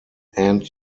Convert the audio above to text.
end